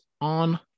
on